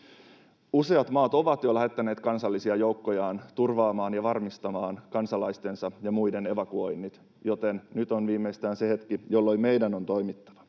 Useat maat ovat jo lähettäneet kansallisia joukkojaan turvaamaan ja varmistamaan kansalaistensa ja muiden evakuoinnit, joten viimeistään nyt on se hetki, jolloin meidän on toimittava.